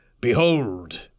behold